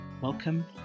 Welcome